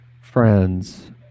friends